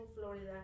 Florida